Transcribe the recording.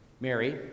Mary